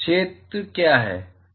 क्षेत्र क्या है